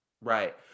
right